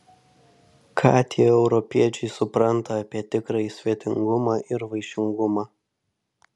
ką tie europiečiai supranta apie tikrąjį svetingumą ir vaišingumą